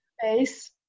face